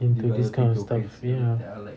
into this kind of stuff ya